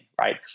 right